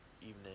evening